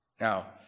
Now